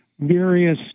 Various